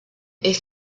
est